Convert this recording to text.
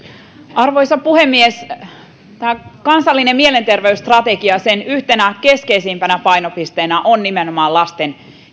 arvoisa puhemies tämän kansallisen mielenterveysstrategian yhtenä keskeisimpänä painopisteenä ovat nimenomaan lasten